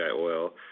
oil